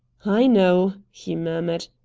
i know, he murmured.